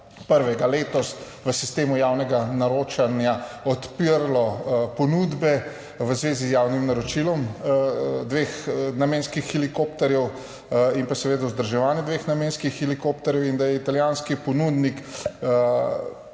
20. 1. letos v sistemu javnega naročanja odpiralo ponudbe v zvezi z javnim naročilom dveh namenskih helikopterjev in seveda vzdrževanje dveh namenskih helikopterjev. Italijanski ponudnik